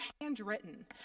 handwritten